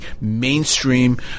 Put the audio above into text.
mainstream